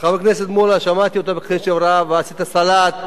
חבר הכנסת מולה, שמעתי אותך בקשב רב ועשית סלט.